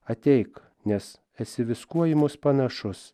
ateik nes esi viskuo į mus panašus